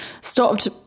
stopped